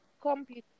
Computer